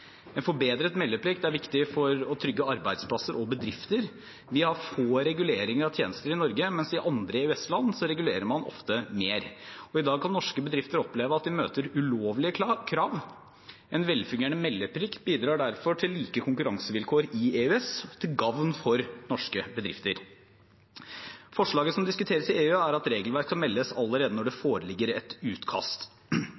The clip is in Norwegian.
En forbedret meldeplikt er viktig for å trygge arbeidsplasser og bedrifter. Vi har få reguleringer av tjenester i Norge, mens man i andre EØS-land ofte regulerer mer. I dag kan norske bedrifter oppleve at de møter ulovlige krav. En velfungerende meldeplikt bidrar derfor til like konkurransevilkår i EØS, til gagn for norske bedrifter. Forslaget som diskuteres i EU, er at regelverk skal meldes allerede når det